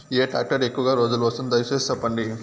ఏ tractor ఎక్కువగా రోజులు వస్తుంది, దయసేసి చెప్పండి?